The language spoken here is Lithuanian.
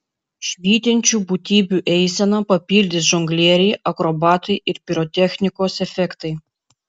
švytinčių būtybių eiseną papildys žonglieriai akrobatai ir pirotechnikos efektai